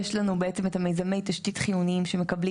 יש לנו בעצם את מיזמי התשתית החיונית שמקבלים